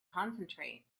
concentrate